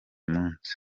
munsi